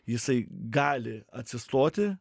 jisai gali atsistoti